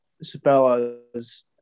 Sabella's